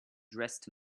dressed